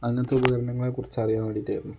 അങ്ങനത്തെ ഉപകരണങ്ങളെ കുറിച്ച് അറിയാൻ വേണ്ടിയിട്ടായിരുന്നു